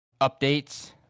Updates